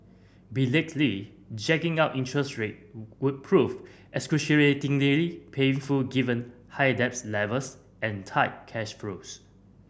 belatedly jacking up interest rate we prove excruciatingly painful given high debts levels and tight cash flues